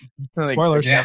Spoilers